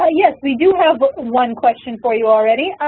ah yes, we do have one question for you already.